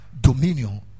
dominion